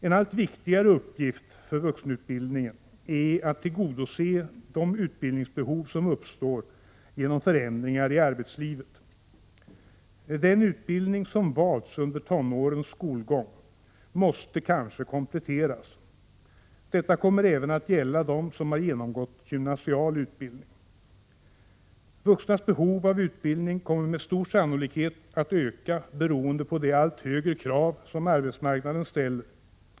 En allt viktigare uppgift för vuxenutbildningen är att tillgodose de utbildningsbehov som uppstår genom förändringar i arbetslivet. Den utbildning som valts under tonårens skolgång måste kanske kompletteras. Detta kommer även att gälla dem som har genomgått gymnasial utbildning. Vuxnas behov av utbildning kommer med stor sannolikhet att öka beroende på de allt högre krav som arbetsmarknaden ställer.